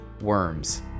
worms